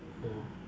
mm